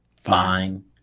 fine